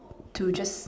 to just